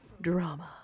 drama